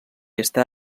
està